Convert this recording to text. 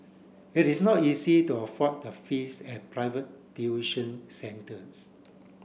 it is not easy to afford the fees at private tuition centres